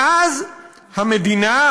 ואז המדינה,